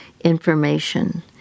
information